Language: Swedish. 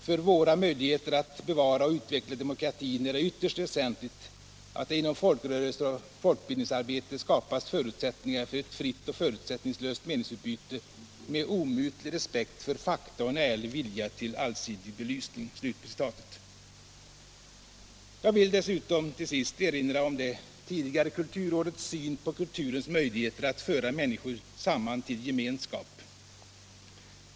För våra möjligheter att bevara och utveckla demokratin är det ytterst väsentligt att det inom folkrörelser och folkbildningsarbete skapas förutsättningar för ett fritt och förutsättningslöst meningsutbyte med omutlig respekt för fakta och en ärlig vilja till allsidig belysning.” Och jag vill dessutom till sist erinra om det tidigare kulturrådets syn på kulturens möjligheter att föra människor samman till gemenskap.